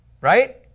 right